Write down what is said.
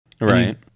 Right